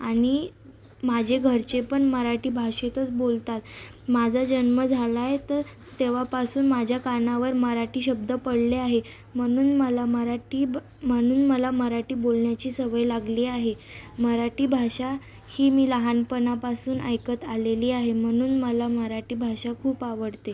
आणि माझे घरचे पण मराठी भाषेतच बोलतात माझा जन्म झालाय तर तेव्हापासून माझ्या कानावर मराठी शब्द पडले आहे म्हणून मला मराठी म्हणून मला मराठी बोलण्याची सवय लागली आहे मराठी भाषा ही मी लहानपणापासून ऐकत आलेली आहे म्हणून मला मराठी भाषा खूप आवडते